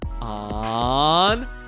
on